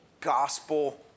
Gospel